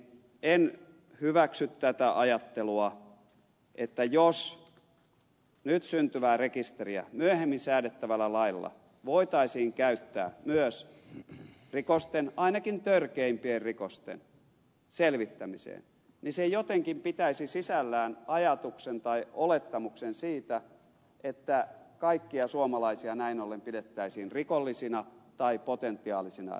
en hyväksy tätä ajattelua että jos nyt syntyvää rekisteriä myöhemmin säädettävällä lailla voitaisiin käyttää myös rikosten ainakin törkeimpien rikosten selvittämiseen niin se jotenkin pitäisi sisällään ajatuksen tai olettamuksen siitä että kaikkia suomalaisia näin ollen pidettäisiin rikollisina tai potentiaalisina rikollisina